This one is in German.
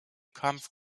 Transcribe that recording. kampf